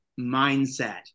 mindset